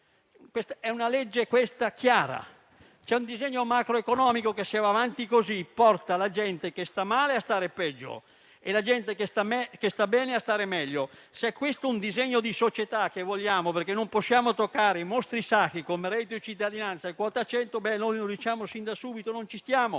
È una legge chiara: c'è un disegno macroeconomico che, se va avanti così, porta la gente che sta male a stare peggio e quella che sta bene a stare meglio. Se questo è il disegno di società che vogliamo, perché non possiamo toccare i mostri sacri come reddito cittadinanza e quota 100, diciamo fin da subito che non ci stiamo,